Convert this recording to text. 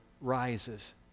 rises